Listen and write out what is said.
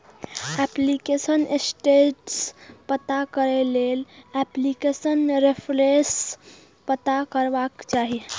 application status पता करै लेल एप्लीकेशन रेफरेंस पता हेबाक चाही